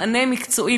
מענה מקצועי,